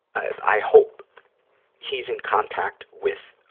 i hope he's in contact with